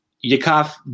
Yakov